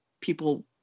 people